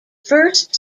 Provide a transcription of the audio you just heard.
first